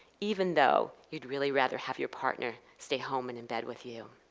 even though you'd really rather have your partner stay home, and in bed with you.